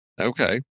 okay